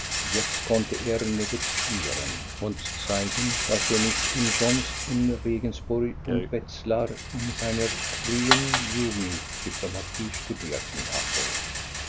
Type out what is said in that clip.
jetzt konnte er negozieren und zeigen daß er nicht umsonst in regensburg und wetzlar in seiner frühen jugend diplomatie studiert hatte